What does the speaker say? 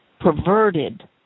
perverted